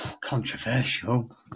controversial